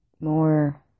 more